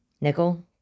Nickel